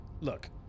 look